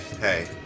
hey